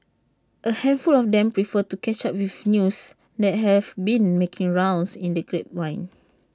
A handful of them prefer to catch up with news that have been making rounds in the grapevine